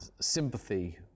sympathy